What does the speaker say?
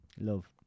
love